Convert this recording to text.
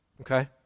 Okay